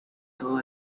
todo